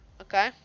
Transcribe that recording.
Okay